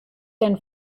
and